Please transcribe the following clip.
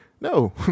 no